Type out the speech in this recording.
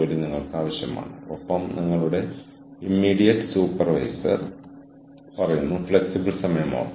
നമ്മൾക്ക് ആവശ്യമുള്ളപ്പോഴെല്ലാം നെറ്റ്വർക്കിലെ ബന്ധപ്പെട്ട ആളുകളെ നമ്മൾ ബന്ധപ്പെടുന്നു